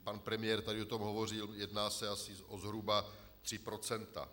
Pan premiér tady o tom hovořil, jedná se asi o zhruba 3 %.